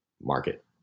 market